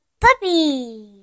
puppy